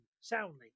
soundly